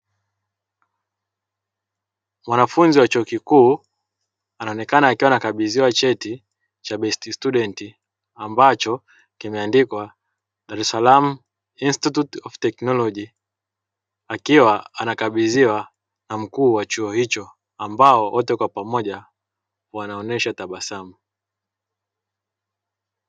Mwanafunzi wa chuo kikuu anaonekana akiwa anakabidhiwa cheti cha "best student", ambacho kimeandikwa "Dar-es-salam institute of technology", akiwa anakabidhiwa na mkuu wa chuo hicho ambao wote kwa pamoja wanaonesha tabasamu.